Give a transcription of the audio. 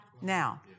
Now